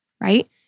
Right